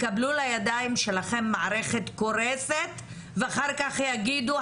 תקבלו לידיים שלכם מערכת קורסת ואחר כך יגידו,